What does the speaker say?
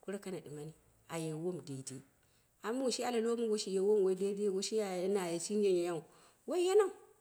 kora kanaɗi mani, aye wom dedei. Amma mum shi ala lowo mongo shi ye wom wai dedeiu woi shi naya, shi nyanyau woi yanaua duwoni.